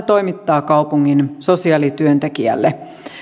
toimittaa kaupungin sosiaalityöntekijälle